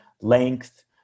length